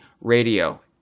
radio